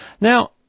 Now